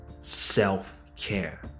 self-care